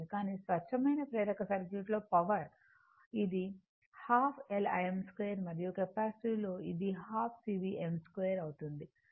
కానీ స్వచ్ఛమైన ప్రేరక సర్క్యూట్లో పవర్ ఇది ½ L Im 2 మరియు కెపాసిటివ్ లో ఇది ½ CVm2 అవుతుంది